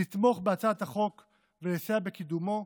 לתמוך בהצעת החוק ולסייע בקידומה.